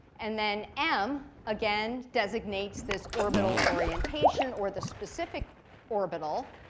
and then m, again, designates this orbital orientation or the specific orbital.